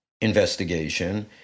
investigation